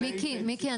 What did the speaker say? שני --- מיקי,